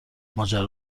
ماجرا